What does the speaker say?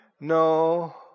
no